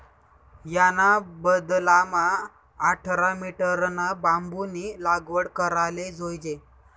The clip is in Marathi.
याना बदलामा आठरा मीटरना बांबूनी लागवड कराले जोयजे